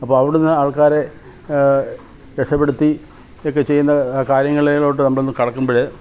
അപ്പോള് അവടുന്ന് ആൾക്കാരെ രഷപ്പെടുത്തി ഒക്കെ ചെയ്യുന്ന കാര്യങ്ങളേലോട്ട് നമ്മള് കടക്കുമ്പോള്